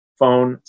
phone